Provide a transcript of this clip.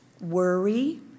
worry